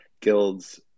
guilds